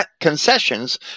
concessions